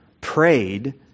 prayed